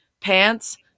pants